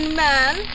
man